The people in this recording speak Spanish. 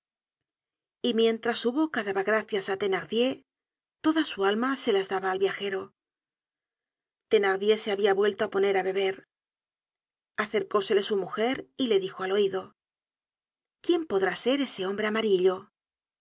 y mientras su boca daba gracias á la thenardier toda su alma se las daba al viajero thenardier se habia vuelto á poner á beber acercósele su mujer y le dijo al oido quién podrá ser ese hombre amarillo